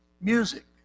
music